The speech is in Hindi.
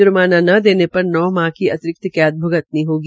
ज्र्माना न देने पर नौ माह की अतिरिक्त कैद भ्गतनी होगी